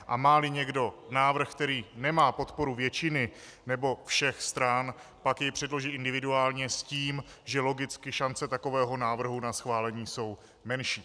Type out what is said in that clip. A máli někdo návrh, který nemá podporu většiny nebo všech stran, pak jej předloží individuálně s tím, že logicky šance takového návrhu na schválení jsou menší.